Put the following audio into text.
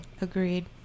Agreed